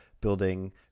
building